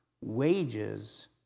wages